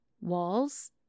walls